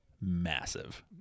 massive